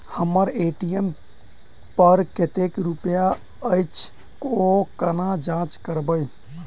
हम्मर ए.टी.एम पर कतेक रुपया अछि, ओ कोना जाँच करबै?